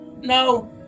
No